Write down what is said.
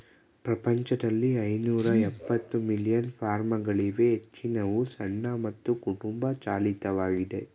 ಪ್ರಪಂಚದಲ್ಲಿ ಐನೂರಎಪ್ಪತ್ತು ಮಿಲಿಯನ್ ಫಾರ್ಮ್ಗಳಿವೆ ಹೆಚ್ಚಿನವು ಸಣ್ಣ ಮತ್ತು ಕುಟುಂಬ ಚಾಲಿತವಾಗಿದೆ